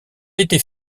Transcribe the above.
était